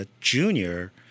junior